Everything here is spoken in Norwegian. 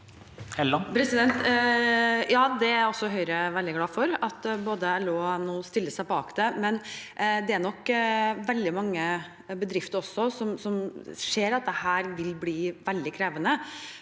Ja, Høyre er også veldig glad for at både LO og NHO stiller seg bak det. Men det er nok veldig mange bedrifter som ser at dette vil bli veldig krevende,